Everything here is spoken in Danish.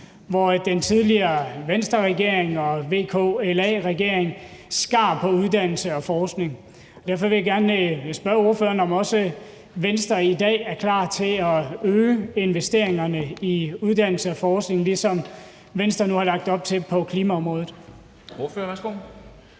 hvor den tidligere Venstreregering og VLAK-regering skar på uddannelse og forskning. Derfor vil jeg gerne spørge ordføreren, om også Venstre i dag er klar til at øge investeringerne i uddannelse og forskning, ligesom Venstre nu har lagt op til på klimaområdet. Kl.